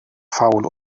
faul